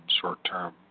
short-term